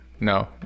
No